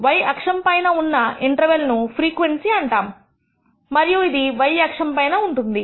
y అక్షము పైన ఉన్న ఇంటర్వెల్ ను ఫ్రీక్వెన్సీ అంటాము మరి అది y అక్షము పైన ఉంటుంది